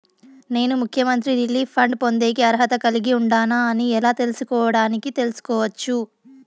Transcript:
నేను ముఖ్యమంత్రి relief fund పొందేకి అర్హత కలిగి ఉండానా అని ఎలా తెలుసుకోవడానికి తెలుసుకోవచ్చు